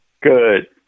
Good